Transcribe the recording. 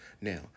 Now